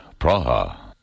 Praha